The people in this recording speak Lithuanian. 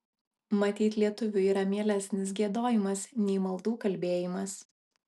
matyt lietuviui yra mielesnis giedojimas nei maldų kalbėjimas